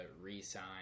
re-sign